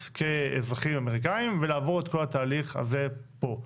כאזרחים אמריקאים ולעבור את כל התהליך הזה פה?